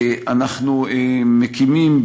2. אנחנו מקימים,